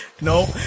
No